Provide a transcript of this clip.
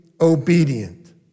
obedient